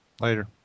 later